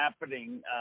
happening –